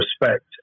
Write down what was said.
respect